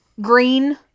Green